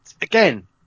again